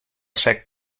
sec